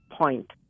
point